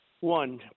one